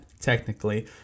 technically